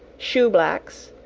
shoe-blacks,